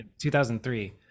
2003